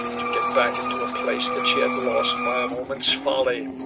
to get back into a place that she had lost by a moment's folly,